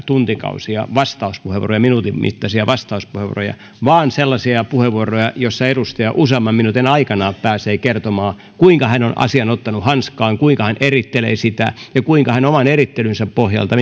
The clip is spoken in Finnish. tuntikausia pelkästään minuutin mittaisia vastauspuheenvuoroja vaan sellaisia puheenvuoroja joissa edustaja useamman minuutin aikana pääsee kertomaan kuinka hän on asian ottanut hanskaan kuinka hän erittelee sitä ja kuinka ja minkä johtopäätöksen hän oman erittelynsä pohjalta